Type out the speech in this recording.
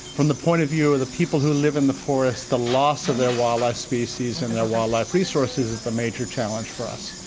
from the point of view of the people who live in the forest, the loss of their wildlife species and their wildlife resources is a major challenge for us.